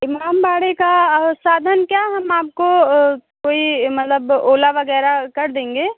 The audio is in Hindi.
इमामबाड़े का साधन क्या हम आपको कोई मतलब ओला वग़ैरह कर देंगे